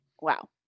wow